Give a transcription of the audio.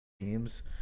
teams